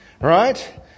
Right